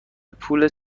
پول